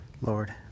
Lord